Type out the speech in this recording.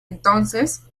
entonces